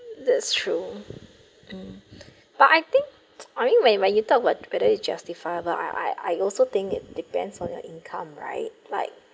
that's true mm but I think I mean when like you talk about whether it's justifiable I I also think it depends on your income right like